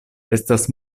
estas